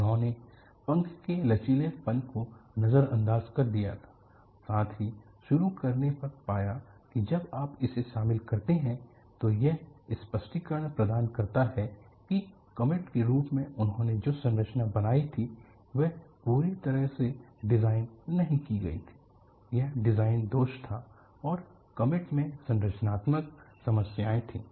उन्होंने पंखों के लचीलेपन को नजरअंदाज कर दिया था साथ ही शुरू करने पर पाया कि जब आप इसे शामिल करते हैं तो यह स्पष्टीकरण प्रदान करता है कि कॉमेट के रूप में उन्होंने जो संरचना बनाई थी वह पूरी तरह से डिज़ाइन नहीं की गई थी एक डिजाइन दोष था और कॉमेट में संरचनात्मक समस्याएं थीं